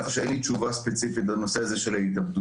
כך שאין לי תשובה ספציפית לנושא הזה של ההתאבדויות.